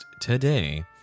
today